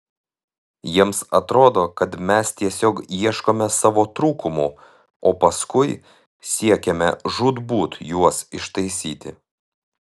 jiems atrodo kad mes tiesiog ieškome savo trūkumų o paskui siekiame žūtbūt juos ištaisyti